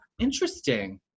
Interesting